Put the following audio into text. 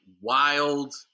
wild